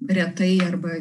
retai arba